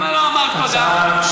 למה לא אמרת תודה?